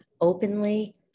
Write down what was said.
openly